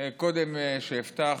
קודם שאפתח,